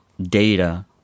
data